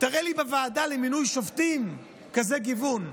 תראה לי בוועדה למינוי שופטים כזה גיוון.